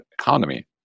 economy